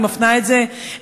אני מפנה את זה אליכם,